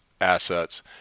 assets